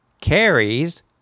carries